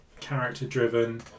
character-driven